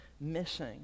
missing